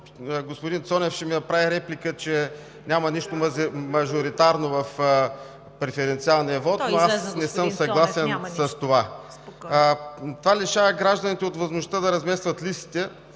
господин Цонев ще ми направи реплика, че няма нищо мажоритарно в преференциалния вот. Аз не съм съгласен с това. Това лишава гражданите от възможността да разместват листите,